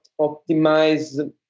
optimize